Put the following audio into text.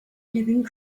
living